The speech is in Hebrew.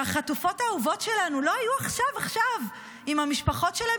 שהחטופות האהובות שלנו לא היו עם המשפחות שלהן